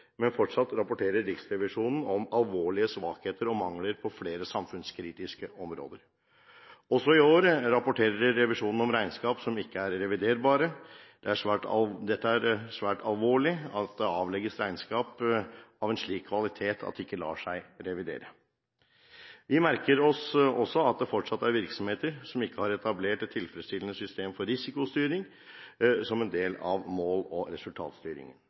men fortsatt rapporterer Riksrevisjonen om alvorlige svakheter og mangler på flere samfunnskritiske områder. Også i år rapporterer revisjonen om regnskap som ikke er reviderbare. Det er svært alvorlig at det avlegges regnskap av en slik kvalitet at de ikke lar seg revidere. Vi merker oss også at det fortsatt er virksomheter som ikke har etablert et tilfredsstillende system for risikostyring som en del av mål- og resultatstyringen.